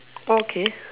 okay